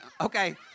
Okay